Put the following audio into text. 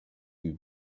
would